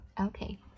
Okay